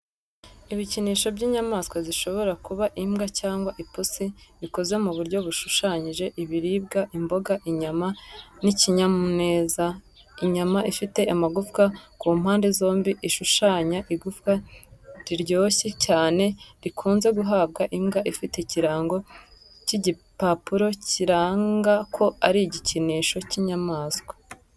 Ibikinisho by’inyamaswa zishobora kuba imbwa cyangwa ipusi bikoze mu buryo bushushanya ibiribwa imboga, inyama n’ikinyamuneza. Inyama ifite amagufwa ku mpande zombi ishushanya igufwa riryoshye cyane rikunze guhabwa imbwa ifite ikirango cy’igipapuro kiranga ko ari igikinisho cy’inyamaswa.